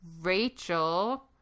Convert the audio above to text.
rachel